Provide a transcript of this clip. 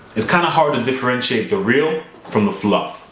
it's kind of hard to differentiate the real from the fluff.